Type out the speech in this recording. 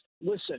listen –